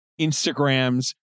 Instagram's